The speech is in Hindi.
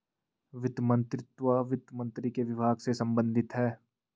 वित्त मंत्रीत्व वित्त मंत्री के विभाग से संबंधित है